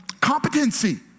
Competency